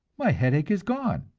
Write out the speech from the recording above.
my headache is gone!